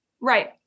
right